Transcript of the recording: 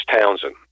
Townsend